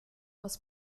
aus